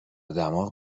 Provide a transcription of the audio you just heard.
دماغ